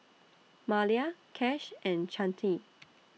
Malia Cash and Chante